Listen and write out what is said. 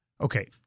Okay